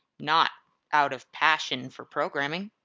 not out of passion for programming.